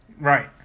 Right